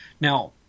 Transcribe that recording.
Now